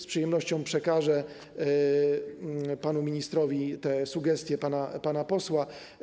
Z przyjemnością przekażę panu ministrowi sugestie pana posła.